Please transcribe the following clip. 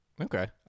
Okay